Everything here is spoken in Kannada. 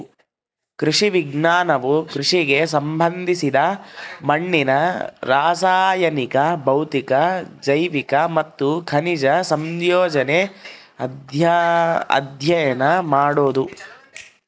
ಕೃಷಿ ವಿಜ್ಞಾನವು ಕೃಷಿಗೆ ಸಂಬಂಧಿಸಿದ ಮಣ್ಣಿನ ರಾಸಾಯನಿಕ ಭೌತಿಕ ಜೈವಿಕ ಮತ್ತು ಖನಿಜ ಸಂಯೋಜನೆ ಅಧ್ಯಯನ ಮಾಡೋದು